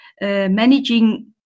managing